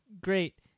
great